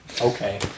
Okay